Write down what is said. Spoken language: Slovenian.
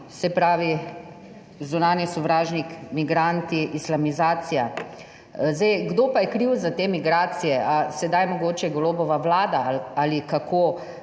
Se pravi, zunanji sovražnik, migranti, islamizacija. Kdo pa je kriv za te migracije? A sedaj mogoče Golobova vlada ali kako?